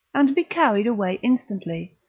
and be carried away instantly,